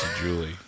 Julie